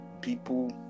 people